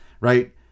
Right